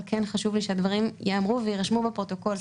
אבל כן חשוב לי שהדברים ייאמרו ויירשמו בפרוטוקול.